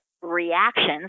reactions